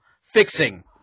fixing